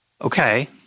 okay